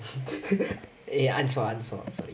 she took a antoine songs